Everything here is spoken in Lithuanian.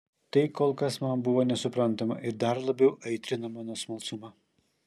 tai kol kas man buvo nesuprantama ir dar labiau aitrino mano smalsumą